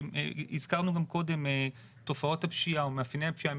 הזכרנו גם קודם את תופעות הפשיעה או מאפייני הפשיעה.